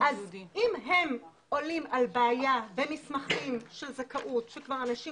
אז אם הם עולים על בעיה במסמכים של זכאות של אנשים